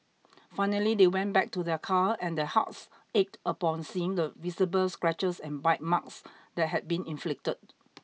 finally they went back to their car and their hearts ached upon seeing the visible scratches and bite marks that had been inflicted